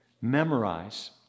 memorize